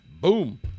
boom